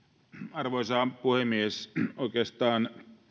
arvoisa puhemies oikeastaan